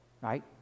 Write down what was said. right